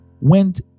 went